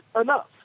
enough